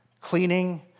cleaning